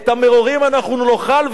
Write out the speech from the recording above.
את המרורים אנחנו נאכל,